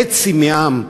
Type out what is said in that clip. חצי מהעם,